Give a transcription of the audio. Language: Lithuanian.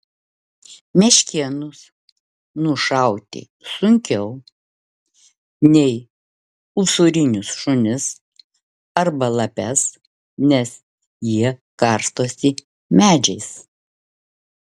meškėnus nušauti sunkiau nei usūrinius šunis arba lapes nes jie karstosi medžiais